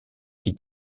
qui